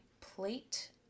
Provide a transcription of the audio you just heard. plate